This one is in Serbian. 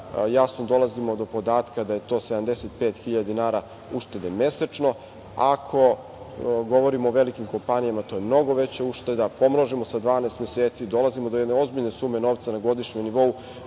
jasno dolazimo do podatka da je to 75.000 dinara uštede mesečno, ako govorimo o velikim kompanijama to je mnogo veća ušteda, pomnožimo sa 12 meseci, dolazimo do jedne ozbiljne sume novca na godišnjem nivou